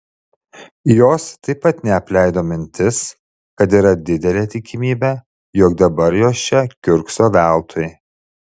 jos taip pat neapleido mintis kad yra didelė tikimybė jog dabar jos čia kiurkso veltui